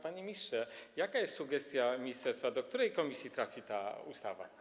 Panie ministrze, jaka jest sugestia ministerstwa, do której komisji trafi ta ustawa?